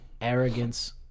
arrogance